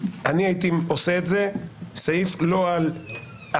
הייתי עושה סעיף "רכיבה", "שימוש" במקום